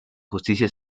justicia